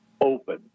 open